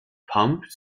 pumped